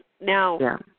Now